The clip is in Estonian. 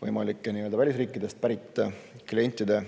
võimalike välisriikidest pärit klientide